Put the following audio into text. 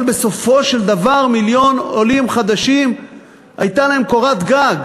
בסופו של דבר מיליון עולים חדשים הייתה להם קורת גג.